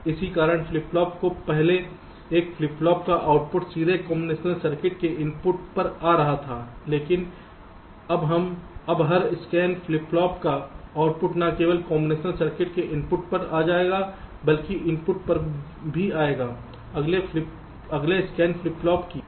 इसी प्रकार flip flop में पहले एक फ्लिप फ्लॉप का आउटपुट सीधे कॉम्बिनेशन सर्किट के इनपुट पर आ रहा था लेकिन अब हर स्कैन फ्लिप फ्लॉप का आउटपुट न केवल कॉम्बिनेशन सर्किट के इनपुट पर आ जाएगा बल्कि इनपुट पर भी आएगा अगले स्कैन फ्लिप फ्लॉप की